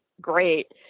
great